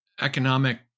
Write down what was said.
economic